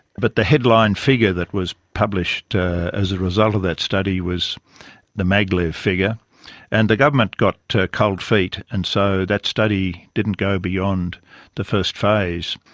but the headline figure that was published as a result of that study was the maglev figure and the government got cold feet, and so that study didn't go beyond the first phase.